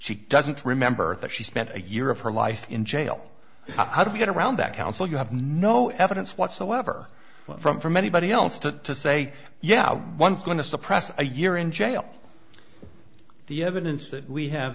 she doesn't remember that she spent a year of her life in jail how do you get around that counsel you have no evidence whatsoever from from anybody else to say yeah once going to suppress a year in jail the evidence that we have